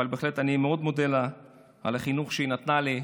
בהחלט, אני מאוד מודה לה על החינוך שנתנה לי,